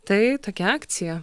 tai tokia akcija